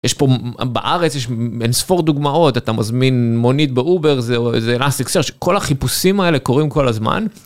יש פה, בארץ יש אין ספור דוגמאות, אתה מזמין מונית באובר זה ??? search, כל החיפושים האלה קורים כל הזמן.